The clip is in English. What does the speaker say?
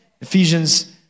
Ephesians